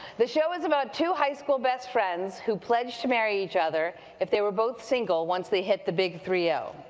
the show is about two high school best friends who pledge to marry each other if they were both single once they hit the big three zero.